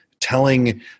telling